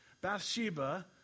Bathsheba